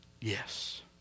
yes